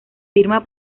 firma